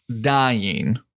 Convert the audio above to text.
dying